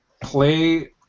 Play